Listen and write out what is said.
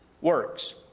works